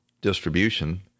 distribution